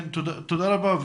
תודה רבה.